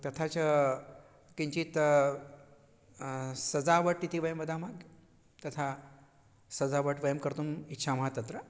तथा च किञ्चित् सजावट् इति वयं वदामः तथा सजावट् वयं कर्तुम् इच्छामः तत्र